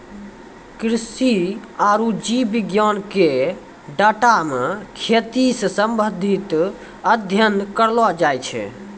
कृषि आरु जीव विज्ञान के डाटा मे खेती से संबंधित अध्ययन करलो जाय छै